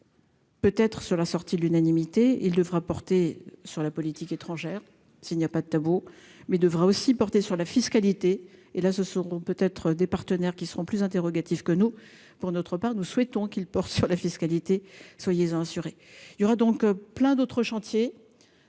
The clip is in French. Peut être sur la sortie de l'unanimité, il devra porter sur la politique étrangère, s'il n'y a pas de tabou mais devra aussi porter sur la fiscalité et là ce sont peut être des partenaires qui seront plus interrogatif que nous, pour notre part, nous souhaitons qu'il porte sur la fiscalité, soyez-en assurés, il y aura donc plein d'autres chantiers,